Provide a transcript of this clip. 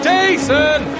Jason